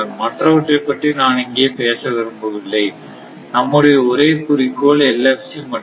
மற்றவற்றைப் பற்றி நான் இங்கே பேச விரும்பவில்லை நம்முடைய ஒரே குறிக்கோள் LFC மட்டுமே